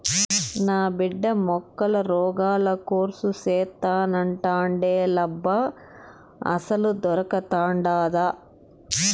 నా బిడ్డ మొక్కల రోగాల కోర్సు సేత్తానంటాండేలబ్బా అసలదొకటుండాదా